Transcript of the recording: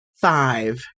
Five